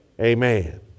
Amen